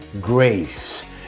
grace